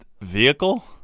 Vehicle